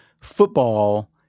Football